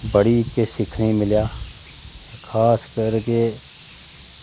बड़ी कुस सिक्खने मिलेआ खास कर के